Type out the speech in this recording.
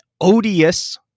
odious